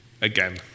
again